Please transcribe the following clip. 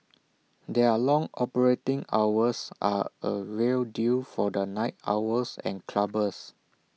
their long operating hours are A real deal for the night owls and clubbers